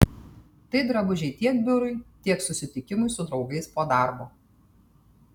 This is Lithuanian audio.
tai drabužiai tiek biurui tiek susitikimui su draugais po darbo